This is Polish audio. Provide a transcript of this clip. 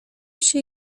się